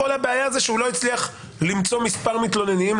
כל הבעיה זה שהוא לא הצליח למצוא מספר מתלוננים,